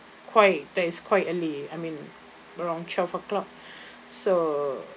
quiet that is quiet early I mean around twelve o'clock so